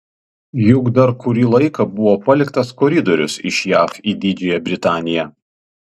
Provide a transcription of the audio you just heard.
juk dar kurį laiką buvo paliktas koridorius iš jav į didžiąją britaniją